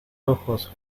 ojos